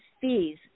fees